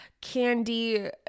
candy